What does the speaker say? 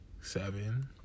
seven